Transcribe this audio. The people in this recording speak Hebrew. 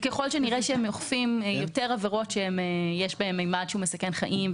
ככל שנראה שהם אוכפים יותר עבירות שיש בהן ממד שמסכן חיים,